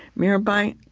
mirabai,